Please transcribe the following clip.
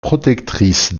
protectrice